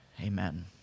Amen